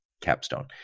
Capstone